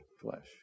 flesh